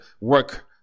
work